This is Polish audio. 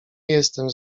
jestem